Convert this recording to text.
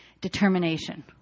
determination